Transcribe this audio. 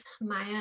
Maya